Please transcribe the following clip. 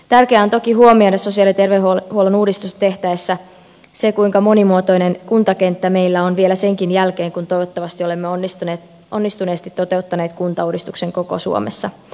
tärkeää on toki huomioida sosiaali ja terveydenhuollon uudistusta tehtäessä se kuinka monimuotoinen kuntakenttä meillä on vielä senkin jälkeen kun toivottavasti olemme onnistuneesti toteuttaneet kuntauudistuksen koko suomessa